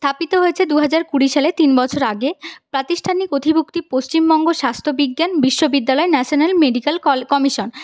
স্থাপিত হয়েছে দুহাজার কুড়ি সালে তিন বছর আগে প্রাতিষ্ঠানিক নথিভুক্তি পশ্চিমবঙ্গ স্বাস্থ্যবিজ্ঞান বিশ্ববিদ্যালয় ন্যাশনাল মেডিকেল কলে কমিশন